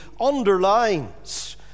underlines